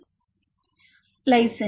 மாணவர் லைசின்